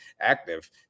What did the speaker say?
active